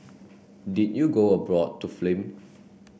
did you go abroad to film